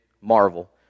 marvel